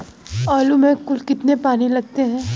आलू में कुल कितने पानी लगते हैं?